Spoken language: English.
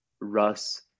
Russ